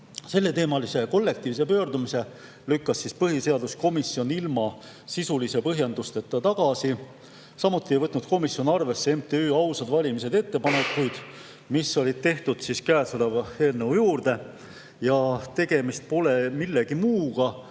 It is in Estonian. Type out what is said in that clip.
selleteemalise kollektiivse pöördumise lükkas põhiseaduskomisjon ilma sisuliste põhjendusteta tagasi. Samuti ei võtnud komisjon arvesse MTÜ Ausad Valimised ettepanekuid, mis olid tehtud käesoleva eelnõu juurde. Tegemist pole selle